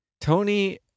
Tony